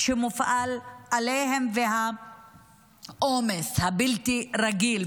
שמופעל עליהם והעומס הבלתי-רגיל,